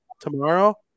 tomorrow